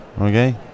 Okay